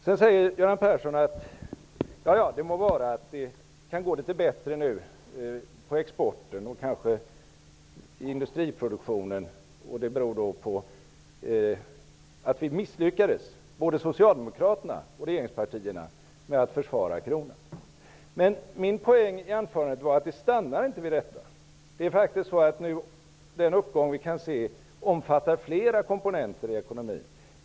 Sedan sade Göran persson att det må vara att det nu går litet bättre med exporten och kanske med industriproduktionen, vilket skulle bero på att vi misslyckades -- både socialdemokraterna och regeringspartierna -- med att försvara kronan. Min poäng i mitt anförande var att det stannar inte vid detta. Den uppgång som vi kan se omfattar flera komponenter i ekonomin.